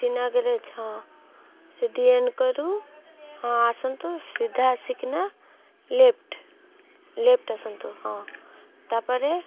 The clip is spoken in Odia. ହଁ ସେ ଡିଏନ୍କରୁ ହଁ ଆସନ୍ତୁ ସିଧା ଆସିକିନା ଲେଫ୍ଟ ଲେଫ୍ଟ ଆସନ୍ତୁ ହଁ ତାପରେ